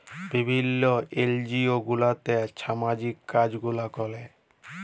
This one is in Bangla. বিভিল্ল্য এলজিও গুলাতে ছামাজিক কাজ গুলা ক্যরে